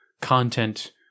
content